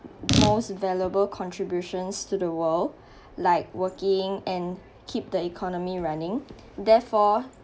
most valuable contributions to the world like working and keep the economy running therefore